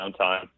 downtime